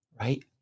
right